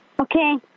Okay